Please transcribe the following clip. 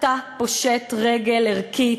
אתה פושט רגל ערכית,